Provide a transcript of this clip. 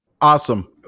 Awesome